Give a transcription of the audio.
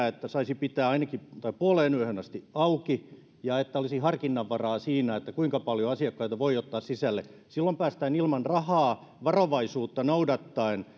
että saisi pitää ainakin puoleenyöhön asti auki ja että olisi harkinnan varaa siinä kuinka paljon asiakkaita voi ottaa sisälle silloin päästään ilman rahaa varovaisuutta noudattaen